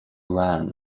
ran